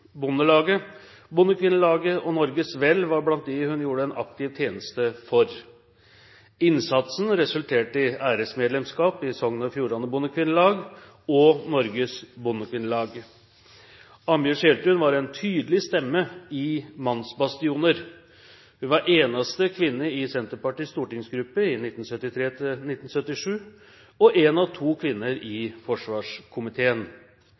Bondelaget, Bondekvinnelaget og Norges Vel var blant dem hun gjorde en aktiv tjeneste for. Innsatsen resulterte i æresmedlemskap i Sogn og Fjordane Bondekvinnelag og Norges Bondekvinnelag. Ambjørg Sælthun var en tydelig stemme i mannsbastioner. Hun var eneste kvinne i Senterpartiets stortingsgruppe i 1973–1977 og en av to kvinner